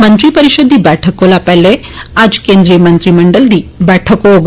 मंत्री परिषद दी बैठका कोला पैहले अज्ज केन्द्री मंत्रीमंडल दी बी बैठक होग